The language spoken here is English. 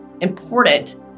important